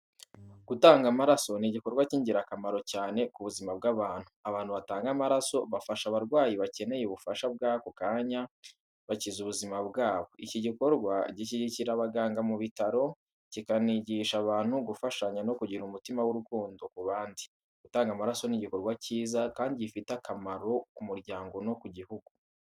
Gutanga amaraso ni igikorwa cy’ingirakamaro cyane ku buzima bw’abantu. Abantu batanga amaraso bafasha abarwayi bakeneye ubufasha bw’ako kanya, bakiza ubuzima bwabo. Iki gikorwa gishyigikira abaganga mu bitaro, kikanigisha abantu gufashanya no kugira umutima w’urukundo ku bandi. Gutanga amaraso ni igikorwa cyiza kandi gifite umumaro ku muryango no ku gihugu.